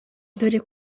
dore